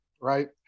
right